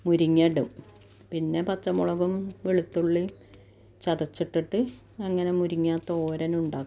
മുരിങ്ങേടും പിന്നെ പച്ചമുളകും വെളുത്തുള്ളീം ചതച്ചിട്ടിട്ട് അങ്ങനെ മുരിങ്ങാത്തോരനുണ്ടാക്കും